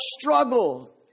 struggle